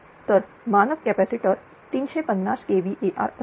तर मानक capacitor 350 kVAr असेल